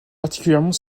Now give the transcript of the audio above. particulièrement